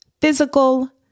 physical